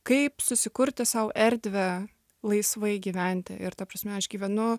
kaip susikurti sau erdvę laisvai gyventi ir ta prasme aš gyvenu